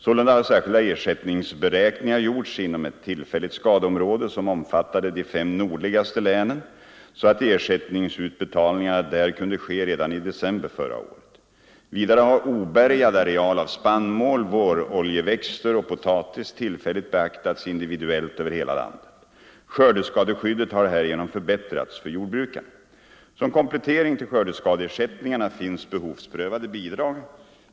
Sålunda har särskilda ersättningsberäkningar gjorts inom ett tillfälligt skadeområde som omfattade de fem nordligaste länen så att ersättningsutbetalningarna där kunde ske redan i december förra året. Vidare har obärgad areal av spannmål, våroljeväxter och potatis tillfälligt beaktats individuellt över hela landet. Skördeskadeskyddet har härigenom förbättrats för jordbrukarna. Som komplettering till skördeskadeersättningarna finns behovsprövade bidrag.